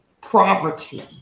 poverty